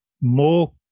more